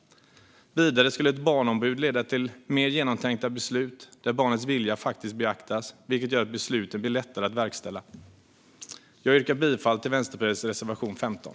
Vidare skulle ett barnombud leda till mer genomtänkta beslut där barnets vilja faktiskt beaktas, vilket gör att besluten blir lättare att verkställa. Jag yrkar bifall till Vänsterpartiets reservation 15.